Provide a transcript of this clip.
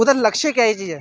ओह्दा लक्ष्य केह् चीज ऐ